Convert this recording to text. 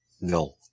No